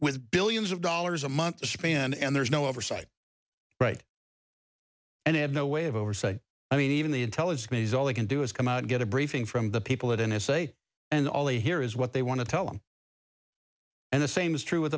with billions of dollars a month span and there's no oversight right and have no way of oversight i mean even the intelligence committees all they can do is come out and get a briefing from the people at n s a and all they hear is what they want to tell him and the same is true with